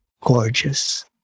gorgeous